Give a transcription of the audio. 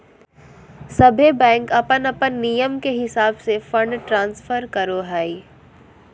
सभे बैंक अपन अपन नियम के हिसाब से फंड ट्रांस्फर करो हय